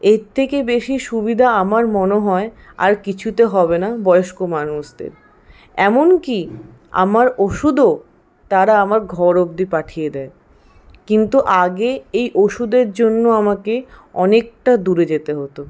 এর থেকে বেশি সুবিধা আমার মনে হয় আর কিছুতে হবে না বয়স্ক মানুষদের এমনকি আমার ওষুধও তারা আমার ঘর অব্দি পাঠিয়ে দেয় কিন্তু আগে এই ওষুধের জন্য আমাকে অনেকটা দূরে যেতে হত